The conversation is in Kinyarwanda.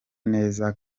neza